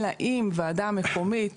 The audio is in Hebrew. אלא אם ועדה מקומית